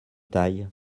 taille